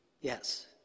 Yes